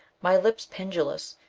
my lips pendulous,